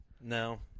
No